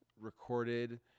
recorded